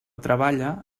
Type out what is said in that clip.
treballa